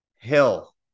Hill